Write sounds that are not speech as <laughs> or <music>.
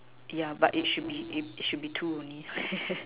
yeah but it should be it should be two only <laughs>